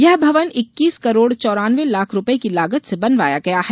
यह भवन इक्कीस करोड़ चोरान्वे लाख रूपये की लागत से बनवाया गया है